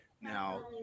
Now